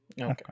Okay